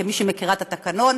כמי שמכירה את התקנון,